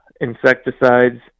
insecticides